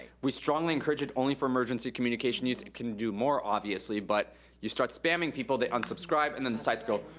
we strongly encourage it only for emergency communication needs. it can do more, obviously, but you start spamming people, they unsubscribe, and then the sites go,